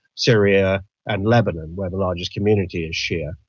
syria and lebanon where the largest community is shia.